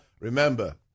remember